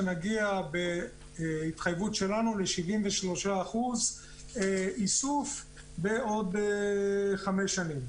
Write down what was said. שנגיע בהתחייבות שלנו ל-73% איסוף בעוד חמש שנים.